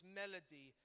melody